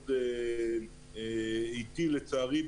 לצערי,